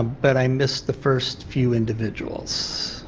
but i missed the first few individuals.